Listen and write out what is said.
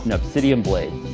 and obsidian blade.